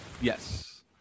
Yes